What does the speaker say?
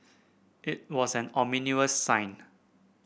it was an ominous sign